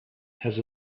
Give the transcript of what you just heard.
has